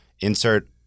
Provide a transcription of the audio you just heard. insert